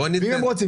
זה לא נכון.